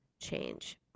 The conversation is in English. change